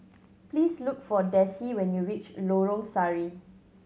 please look for Dessie when you reach Lorong Sari